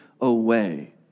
away